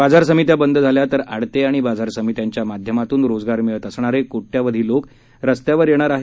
बाजार समित्या बंद झाल्या तर आडते आणि बाजार समित्यांच्या माध्यमातून रोजगार मिळत असणारे कोट्यवधी लोक रस्त्यावर येणार आहेत